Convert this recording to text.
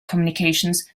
communications